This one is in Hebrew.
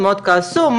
מאוד כעסו: